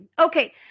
Okay